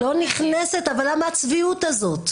לא נכנסת, אבל למה הצביעות הזאת?